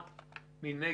מי נגד?